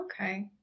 Okay